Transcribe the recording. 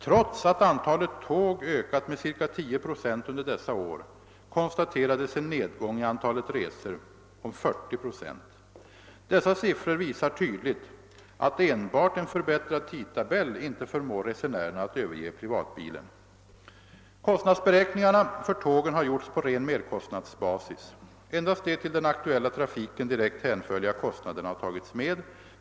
Trots att antalet tåg ökat med ca 10 procent under dessa år konstaterades en nedgång i antalet resor om 40 procent. Dessa siffror visar tydligt att enbart en förbättrad tidtabell inte förmår resenärerna att överge privatbilen. Kostnadsberäkningarna för tågen har gjorts på ren merkostnadsbasis. Endast de till den aktuella trafiken direkt hänförliga kostnaderna har tagits med.